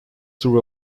through